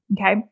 Okay